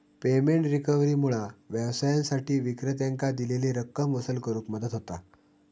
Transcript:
payment रिकव्हरीमुळा व्यवसायांसाठी विक्रेत्यांकां दिलेली रक्कम वसूल करुक मदत होता